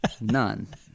None